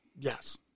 Yes